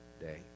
day